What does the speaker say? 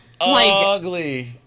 ugly